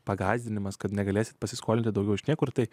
pagąsdinimas kad negalėsite pasiskolinti daugiau iš niekur tai